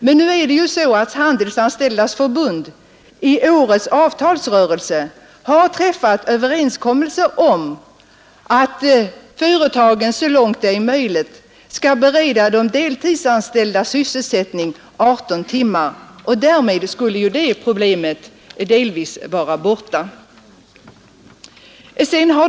Men nu är det så att Handelsanställdas förbund i årets avtalsrörelse har träffat överenskommelse om att företagen så långt det är möjligt skall bereda de deltidsanställda arbete minst 18 timmar i veckan. Därmed skulle problemet med att de inte får del av sociala förmåner vara undanröjt.